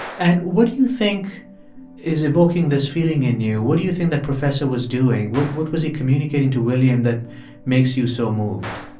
and what do you think is evoking this feeling in you? what do you think that professor was doing? what was he communicating to william that makes you so moved?